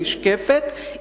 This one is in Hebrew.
היא נשקפת,